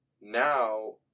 now